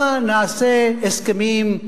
הבה נעשה הסכמים,